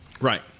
Right